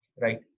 right